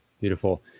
beautiful